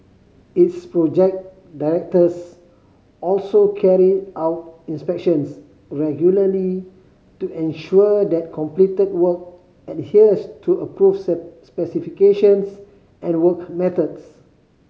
its project directors also carry out inspections regularly to ensure that completed work adheres to approved specifications and work methods